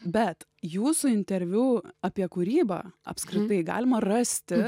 bet jūsų interviu apie kūrybą apskritai galima rasti